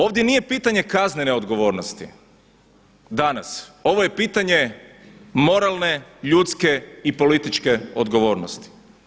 Ovdje nije pitanje kaznene odgovornosti danas, ovo je pitanje moralne, ljudske i političke odgovornosti.